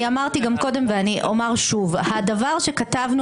אמרתי גם קודם ואני אומר שוב: הדבר כתבנו